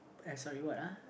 sorry what uh